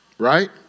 right